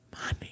money